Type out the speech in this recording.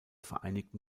vereinigten